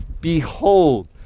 Behold